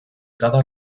cada